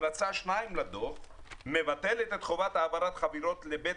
המלצה 2 לדו"ח מבטלת את חובת העברת חבילות לבית